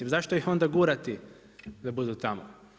Zašto ih onda gurati da budu tamo?